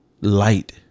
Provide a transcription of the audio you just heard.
light